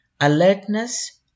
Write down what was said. Alertness